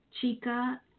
Chica